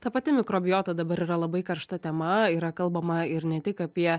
ta pati mikrobiota dabar yra labai karšta tema yra kalbama ir ne tik apie